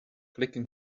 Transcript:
clicking